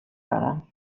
دارم